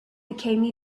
became